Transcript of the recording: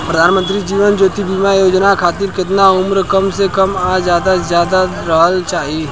प्रधानमंत्री जीवन ज्योती बीमा योजना खातिर केतना उम्र कम से कम आ ज्यादा से ज्यादा रहल चाहि?